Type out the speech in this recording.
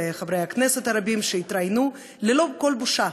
וחברי הכנסת הרבים שהתראיינו ללא כל בושה,